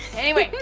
anyway,